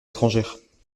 étrangères